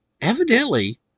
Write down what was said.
evidently